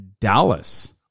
Dallas